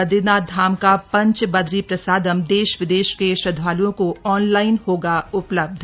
बदरीनाथ धाम का पंच बदरी प्रसादम देश विदेश के श्रद्वालुओं को ऑनलाइन होगा उपलब्ध